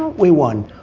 we won.